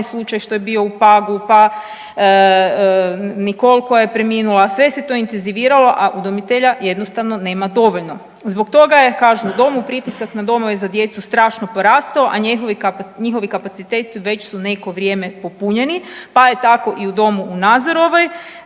slučaj što je bio u Pagu, pa Nikol koja je preminula sve se to intenziviralo, a udomitelja jednostavno nema dovoljno. Zbog toga je kažu u domu pritisak na domove za djecu strašno porastao, a njihovi kapaciteti već su neko vrijeme popunjeni, pa je tako i u Domu u Nazorovoj